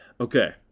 Okay